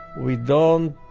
we don't